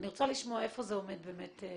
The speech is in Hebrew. אני רוצה לשמוע איפה זה עומד מבחינתכם,